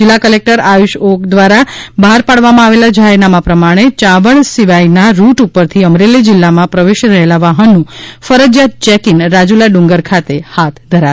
જિલ્લા કલેક્ટર આયુષ ઓક દ્વારા બહાર પાડવામાં આવેલા જાહેર નામા પ્રમાણે યાવંડ સિવાયના ડુટ ઉપરથી અમરેલી જિલ્લામાં પ્રવેશી રહેલા વાહનનું ફરજિયાત ચેકિંગ રાજુલા ડુંગર ખાતે હાથ ધરાશે